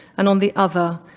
and on the other,